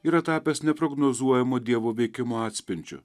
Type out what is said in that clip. yra tapęs neprognozuojamu dievo veikimo atspindžiu